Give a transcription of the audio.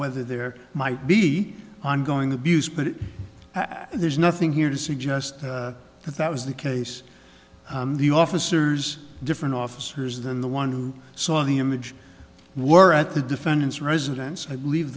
whether there might be ongoing abuse but there's nothing here to suggest that that was the case the officers different officers than the one who saw the image were at the defendant's residence i believe